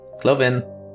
Cloven